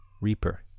Reaper